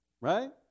right